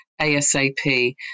ASAP